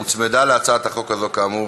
הוצמדה להצעת החוק הזאת, כאמור,